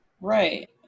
Right